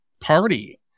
party